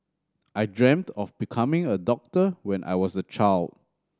I dreamt of becoming a doctor when I was a child